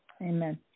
Amen